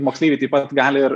moksleiviai taip pat gali ir